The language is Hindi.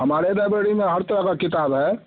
हमारे लाईब्रेरी में हर तरह किताब है